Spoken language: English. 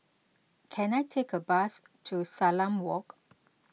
can I take a bus to Salam Walk